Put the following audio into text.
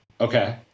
Okay